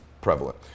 prevalent